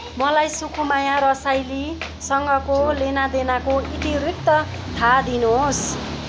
मलाई सुकुमाया रसाइलीसँगको लेनादेनाको इतिवृत्त थाह दिनुहोस्